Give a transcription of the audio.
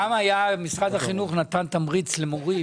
פעם משרד החינוך נתן תמריץ למורים